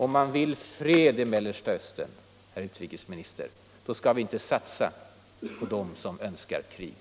Om vi vill fred i Mellersta Östern nu skall vi inte satsa på dem som önskar krig.